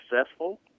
Successful